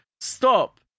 stop